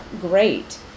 great